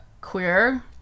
queer